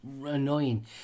annoying